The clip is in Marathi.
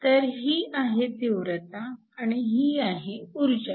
तर ही आहे तीव्रता आणि ही आहे ऊर्जा